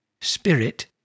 spirit